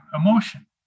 emotion